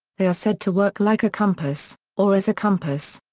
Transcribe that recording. they are said to work like a compass, or as a compass.